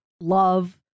love